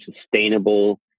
sustainable